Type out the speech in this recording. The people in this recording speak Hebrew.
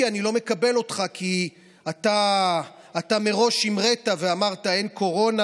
אני לא מקבל אותך כי אתה מראש המרית ואמרת: אין קורונה,